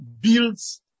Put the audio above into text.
builds